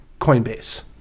coinbase